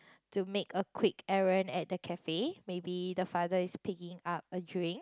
to make a quick errand at the cafe maybe the father is picking up a drink